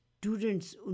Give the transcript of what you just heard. students